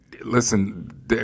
listen